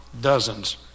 Dozens